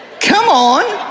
come on.